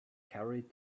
carried